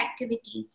activities